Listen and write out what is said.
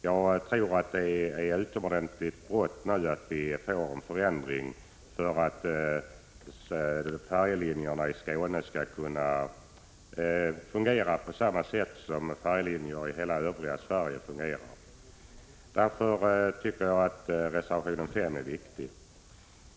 Jag tror att det är utomordentligt brådskande att åstadkomma en förändring, så att färjelinjerna i Skåne kan fungera på samma sätt som färjelinjer i hela övriga Sverige. Därför tycker jag alltså att reservation 5 är viktig.